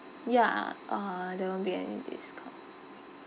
ya uh there won't be any discounts